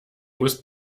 musst